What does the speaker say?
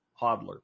hodler